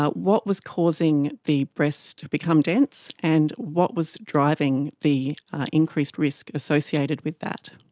but what was causing the breast to become dense and what was driving the increased risk associated with that.